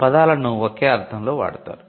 ఈ పదాలను ఒకే అర్ధంలో వాడతారు